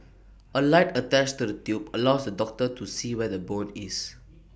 A light attached to the tube allows the doctor to see where the bone is